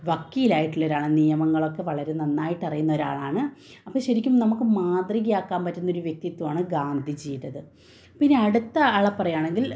വക്കീലായിട്ടുള്ള ഒരാൾ നിയമങ്ങളൊക്കെ വളരെ നന്നായിട്ട് അറിയുന്ന ഒരാളാണ് അപ്പം ശരിക്കും നമുക്ക് മാതൃകയാക്കാന് പറ്റുന്ന ഒരു വ്യക്തിത്വം ആണ് ഗാന്ധിജിയുടെത് പിന്നെ അടുത്ത ആളെ പറയുയാണെങ്കിൽ